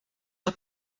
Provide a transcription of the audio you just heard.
der